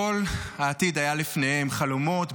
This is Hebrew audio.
כל העתיד היה לפניהם: חלומות,